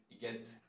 get